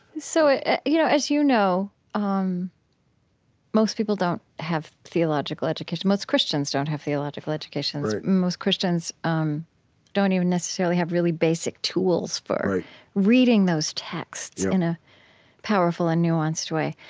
so you know as you know, um most people don't have theological education. most christians don't have theological educations. most christians um don't even necessarily have really basic tools for reading those texts in a powerful and nuanced way.